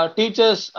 teachers